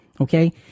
okay